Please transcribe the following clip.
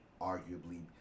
arguably